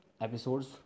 episodes